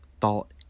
thought